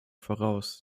voraus